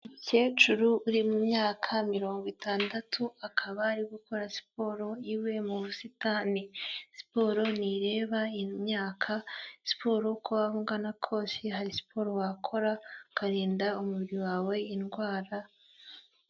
Umukecuru uri mu myaka mirongo itandatu, akaba ari gukora siporo iwe mu busitani, siporo ntireba imyaka, siporo uko waba ungana kose hari siporo wakora ukarinda umubiri wawe indwara.